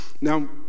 Now